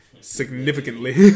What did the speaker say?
significantly